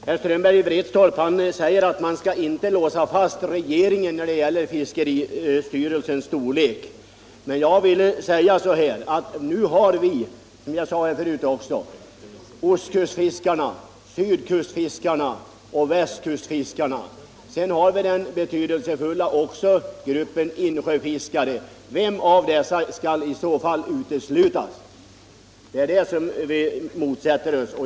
Fru talman! Herr Strömberg i Vretstorp säger att man inte skall låsa fast regeringen när det gäller fiskeristyrelsens storlek, men — som jag sade förut — vi har ostkustfiskarna, sydkustfiskarna och västkustfiskarna och även den betydelsefulla gruppen insjöfiskare. Vilken av dessa grupper skall i så fall uteslutas? Det är en sådan lösning som vi motsätter oss.